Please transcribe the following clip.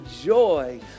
joy